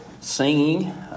singing